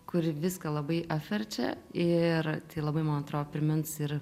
kuri viską labai apverčia ir tai labai man atrodo primins ir